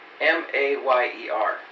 M-A-Y-E-R